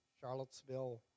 Charlottesville